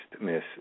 Miss